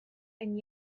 and